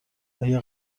آیا